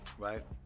Right